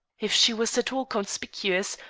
if she was at all conspicuous,